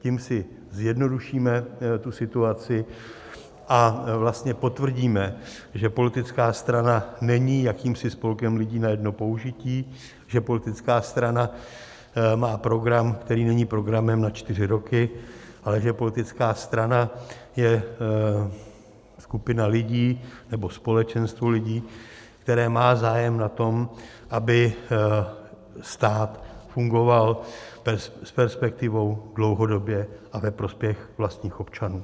Tím si zjednodušíme tu situaci a vlastně potvrdíme, že politická strana není jakýmsi spolkem lidí na jedno použití, že politická strana má program, který není programem na čtyři roky, ale že politická strana je skupina lidí nebo společenstvo lidí, které má zájem na tom, aby stát fungoval s perspektivou, dlouhodobě a ve prospěch vlastních občanů.